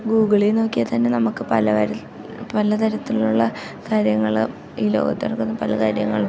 ഗൂഗിളിൽ നോക്കിയാൽ തന്നെ നമുക്ക് പലകാർ പല തരത്തിലുള്ള കാര്യങ്ങൾ ഈ ലോകത്തെടക്കുന്ന പല കാര്യങ്ങളും